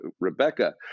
rebecca